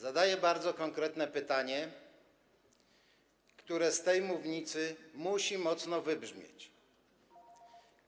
Zadaję bardzo konkretne pytanie, które z tej mównicy musi mocno wybrzmieć: